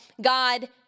God